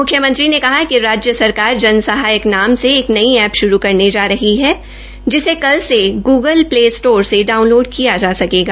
मुख्यमंत्री ने कहा कि राज्य सरकार जन सहायक नाम से एक नई ऐप शुरू करने जा रही है जिस कल से गूगल प्ले स्टोर से डाउनलोड किया जा सकेगा